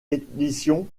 éditions